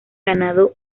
ganado